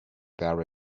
there